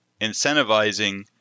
incentivizing